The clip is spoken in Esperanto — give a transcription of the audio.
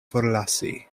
forlasi